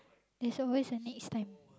there's always a next time